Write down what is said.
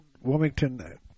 Wilmington